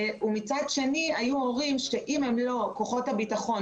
ומצד שני היו הורים שאם הם לא נמנים על כוחות הביטחון,